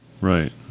Right